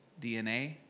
DNA